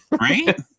Right